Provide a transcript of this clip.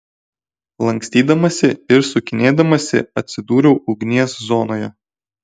lankstydamasi ir sukinėdamasi atsidūriau ugnies zonoje